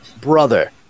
brother